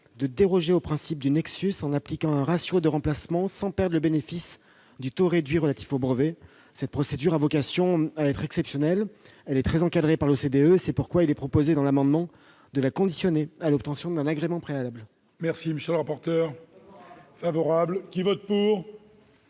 de déroger au principe du « nexus » en appliquant un ratio de remplacement sans perdre le bénéfice du taux réduit relatif aux brevets. Cette procédure a vocation à être exceptionnelle. Elle est très encadrée par l'OCDE. C'est pourquoi nous proposons, au travers de cet amendement, de la conditionner à l'obtention d'un agrément préalable. Quel est l'avis de la commission ? Favorable. Je mets aux